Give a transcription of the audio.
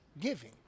giving